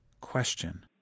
question